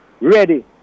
ready